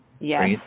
Yes